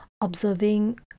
observing